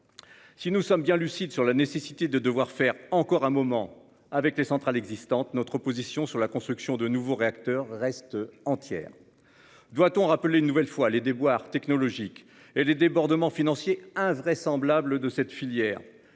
Si nous sommes bien lucide sur la nécessité de devoir faire encore un moment avec les centrales existantes. Notre position sur la construction de nouveaux réacteurs reste entière. Doit-on rappeler une nouvelle fois les déboires technologiques et les débordements financiers invraisemblable de cette filière